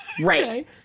Right